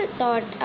thought